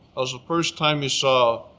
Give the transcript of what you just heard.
was the first time he saw